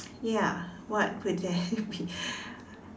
ya what would that be